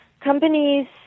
Companies